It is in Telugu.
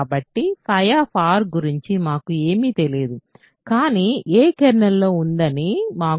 కాబట్టి గురించి మాకు ఏమీ తెలియదు కానీ a కెర్నల్లో ఉందని మాకు తెలుసు